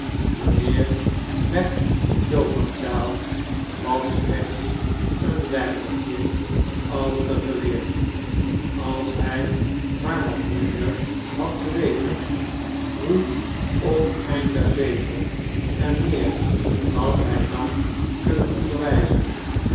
mijnheer mac choakumchild was slechts een weinigje al te geleerd als hij maar wat minder had geweten hoe oneindig beter en meer had hij dan kunnen onderwijzen